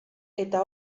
eta